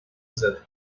زدیم